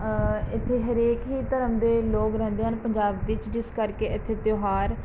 ਇੱਥੇ ਹਰੇਕ ਹੀ ਧਰਮ ਦੇ ਲੋਕ ਰਹਿੰਦੇ ਹਨ ਪੰਜਾਬ ਵਿੱਚ ਜਿਸ ਕਰਕੇ ਇੱਥੇ ਤਿਉਹਾਰ